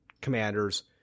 commanders